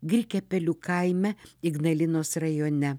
grikiapelių kaime ignalinos rajone